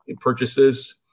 purchases